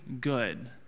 good